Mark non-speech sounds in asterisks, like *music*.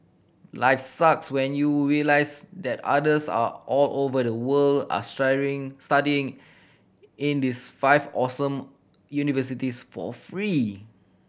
life sucks when you realise that others are all over the world are *unintelligible* studying in these five awesome universities for free